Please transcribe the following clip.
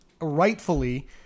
rightfully